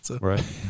Right